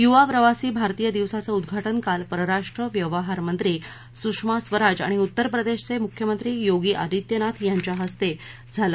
युवा प्रवासी भारतीय दिवसाचं उद्घाटन काल परराष्ट्र व्यवहार मंत्री सुषमा स्वराज आणि उत्तर प्रदेशचे मुख्यमंत्री योगी आदित्यनाथ यांच्या हस्ते झालं